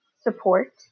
support